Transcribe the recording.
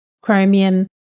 chromium